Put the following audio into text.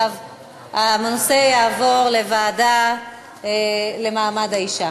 הנושא יעבור לוועדה לקידום מעמד האישה